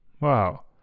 Wow